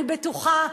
אני בטוחה.